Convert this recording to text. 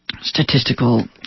statistical